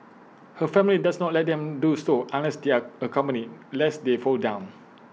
her family does not let them do so unless they are accompanied lest they fall down